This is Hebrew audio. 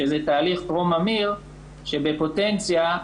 שזה תהליך טרום-ממאיר שבפוטנציה,